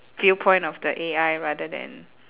viewpoint of the A_I rather than